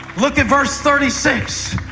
look at verse thirty six.